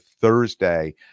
Thursday